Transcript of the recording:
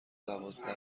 دوازده